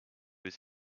was